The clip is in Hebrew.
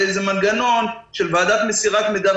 באיזה מנגנון של ועדה למסירת מידע.